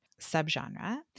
subgenre